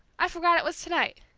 i forgot it was to-night,